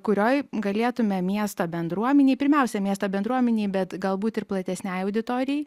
kurioj galėtume miesto bendruomenei pirmiausia miesto bendruomenei bet galbūt ir platesnei auditorijai